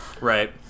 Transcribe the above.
right